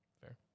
Fair